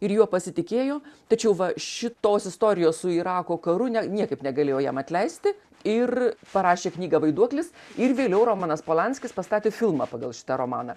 ir juo pasitikėjo tačiau va šitos istorijos su irako karu ne niekaip negalėjo jam atleisti ir parašė knygą vaiduoklis ir vėliau romanas polanskis pastatė filmą pagal šitą romaną